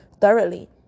thoroughly